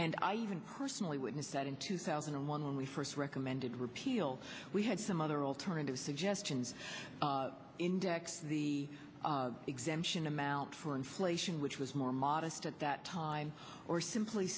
and i even personally witnessed that in two thousand and one when we first recommended repeal we had some other alternative suggestions index the exemption amount for inflation which was more modest at that time or simply